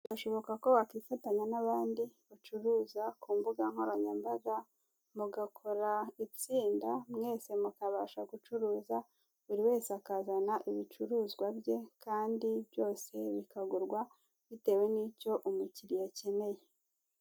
Birashoboka ko wakwifatanya n'abandi bacuruza ku mbugankoranyambaga mu gakora itsinda, mwese mukabasha gucuruza buri wese akazana ibicuruzwa bye kandi byose bikagurwa bitewe n'byo umukiriya akeneye.